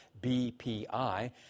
BPI